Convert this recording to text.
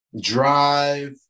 drive